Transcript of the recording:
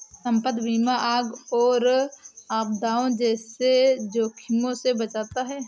संपत्ति बीमा आग और आपदाओं जैसे जोखिमों से बचाता है